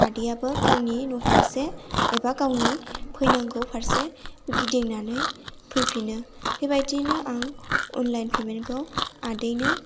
आदैयाबो गावनि न' फारसे एबा गावनि फैनांगौ फारसे गिदिंनानै फैफिनो बेबायदियैनो आं अनलाइन पेमेन्टखौ आदैनो